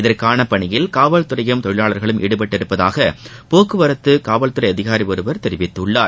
இதற்கான பணியில் காவல்துறையும் தொழிலாளர்களும் ஈடுபட்டுள்ளதாக போக்குவரத்து காவல்துறை அதிகாரி ஒருவர் தெரிவித்துள்ளார்